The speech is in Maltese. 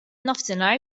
nofsinhar